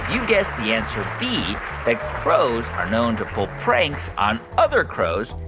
you guessed the answer b, that crows are known to pull pranks on other crows,